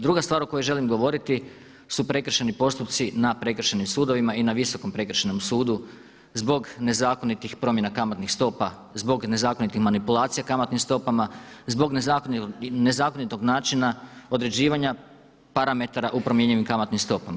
Druga stvar o kojoj želim govoriti su prekršajni postupci na prekršajnim sudovima i na Visokom prekršajnom sudu zbog nezakonitih promjena kamatnih stopa, zbog nezakonitih manipulacija kamatnim stopama, zbog nezakonitog načina određivanja parametara u promjenjivim kamatnim stopama.